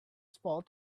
small